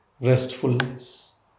restfulness